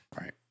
Right